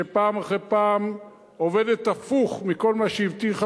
שפעם אחרי פעם עובדת הפוך מכל מה שהבטיחה